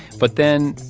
but then,